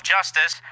Justice